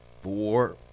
four